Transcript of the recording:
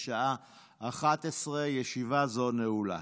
בשעה 11:00. ישיבה זו נעולה.